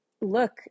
Look